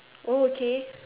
okay